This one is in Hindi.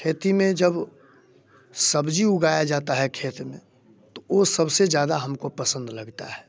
खेती में जब सब्ज़ी उगाई जाती है खेत में तो वो सब से ज़्यादा हम को पसंद लगती है